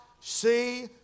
see